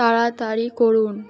তাড়াতাড়ি করুন